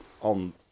on